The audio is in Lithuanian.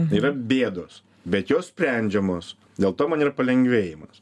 yra bėdos bet jos sprendžiamos dėl to man yra palengvėjimas